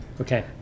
Okay